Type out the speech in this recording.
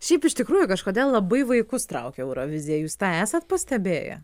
šiaip iš tikrųjų kažkodėl labai vaikus traukia eurovizija jus tą esat pastebėję